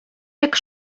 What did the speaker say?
jak